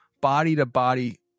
body-to-body